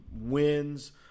wins